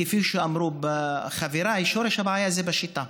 כפי שאמרו חבריי, שורש הבעיה זה בשיטה.